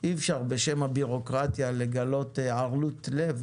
אי אפשר בשם הביורוקרטיה לגלות ערלות לב